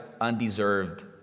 undeserved